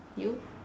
you